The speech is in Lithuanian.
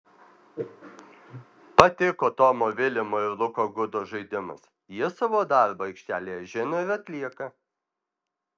patiko tomo vilimo ir luko gudo žaidimas jie savo darbą aikštelėje žino ir atlieka